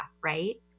right